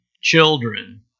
children